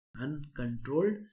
Uncontrolled